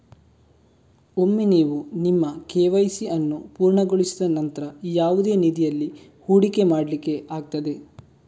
ಒಮ್ಮೆ ನೀವು ನಿಮ್ಮ ಕೆ.ವೈ.ಸಿ ಅನ್ನು ಪೂರ್ಣಗೊಳಿಸಿದ ನಂತ್ರ ಯಾವುದೇ ನಿಧಿಯಲ್ಲಿ ಹೂಡಿಕೆ ಮಾಡ್ಲಿಕ್ಕೆ ಆಗ್ತದೆ